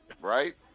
right